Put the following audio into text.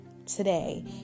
Today